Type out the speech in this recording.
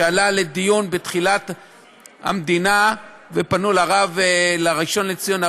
שעלה לדיון בתחילת המדינה ופנו לראשון לציון,